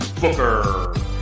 Booker